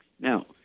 Now